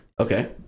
Okay